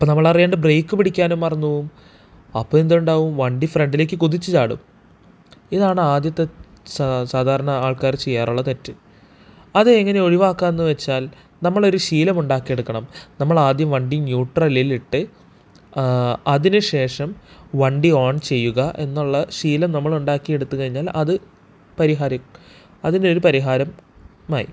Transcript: അപ്പോൾ നമ്മളറിയാണ്ട് ബ്രേക്ക് പിടിക്കാനും മറന്നോവും അപ്പോൾ എന്തുണ്ടാവും വണ്ടി ഫ്രണ്ടിലേക്ക് കുതിച്ച് ചാടും ഇതാണ് ആദ്യത്തെ സ സാധാരണ ആൾക്കാർ ചെയ്യാറുള്ള തെറ്റ് അത് എങ്ങനെ ഒഴിവാക്കാന്ന് വെച്ചാൽ നമ്മൾ ഒരു ശീലം ഉണ്ടാക്കിയെടുക്കണം നമ്മൾ ആദ്യം വണ്ടി ന്യൂട്രലിൽ ഇട്ട് അതിനുശേഷം വണ്ടി ഓൺ ചെയ്യുക എന്നുള്ള ശീലം നമ്മൾ ഉണ്ടാക്കിയെടുത്തു കഴിഞ്ഞാൽ അത് പരിഹാര അതിനൊരു പരിഹാരം മായി